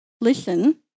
listen